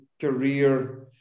career